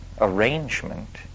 arrangement